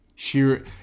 sheer